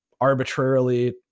arbitrarily